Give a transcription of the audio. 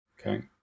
Okay